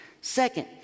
Second